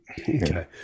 Okay